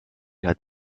had